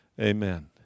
amen